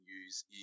use